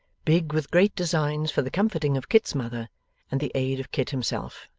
big with great designs for the comforting of kit's mother and the aid of kit himself.